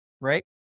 Right